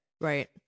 Right